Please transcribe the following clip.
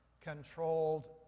controlled